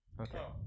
Okay